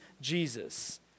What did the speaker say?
Jesus